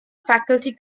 faculty